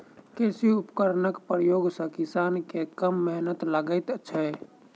कृषि उपकरणक प्रयोग सॅ किसान के कम मेहनैत लगैत छै